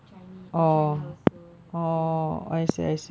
chine~ china also everything ya